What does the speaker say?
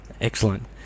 Excellent